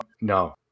No